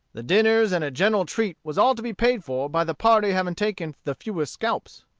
the dinners and a general treat was all to be paid for by the party having taken the fewest scalps.